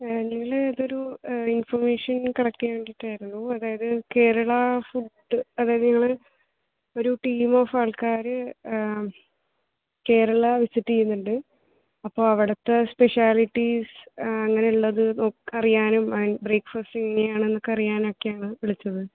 ആ ഞങ്ങൾ ഇതൊരു ഇൻഫർമേഷൻ കളെക്റ്റ് ചെയ്യാൻ വേണ്ടിയിട്ടായിരുന്നു അതായത് കേരള ഫുഡ് അതായത് ഞങ്ങൾ ഒരു ടീം ഓഫ് ആൾക്കാർ കേരള വിസിറ്റ് ചെയുന്നുണ്ട് അപ്പോൾ അവിടുത്തെ സ്പെഷ്യലിറ്റീസ് അങ്ങനെയുള്ളത് നോക്ക് അറിയാനും ബ്രേക്ഫാസ്റ്റ് എങ്ങനെയാണെന്നൊക്കെ അറിയാനൊക്കെയാണ് വിളിച്ചത്